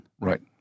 Right